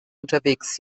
unterwegs